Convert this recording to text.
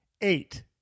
eight